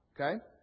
Okay